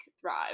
thrive